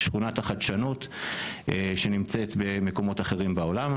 שכונת החדשנות שנמצאת במקומות אחרים בעולם.